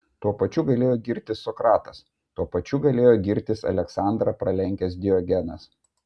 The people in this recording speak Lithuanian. tuo pačiu galėjo girtis sokratas tuo pačiu galėjo girtis aleksandrą pralenkęs diogenas